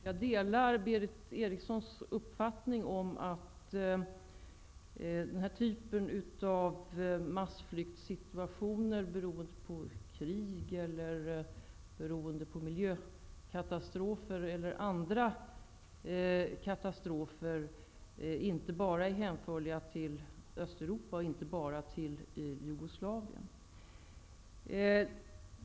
Fru talman! Jag delar Berith Erikssons uppfattning om att den här typen av massflyktssituationer beroende på krig, miljökatastrofer eller andra katastrofer inte bara är hänförliga till Östeuropa, och då inte bara till Jugoslavien.